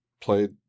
played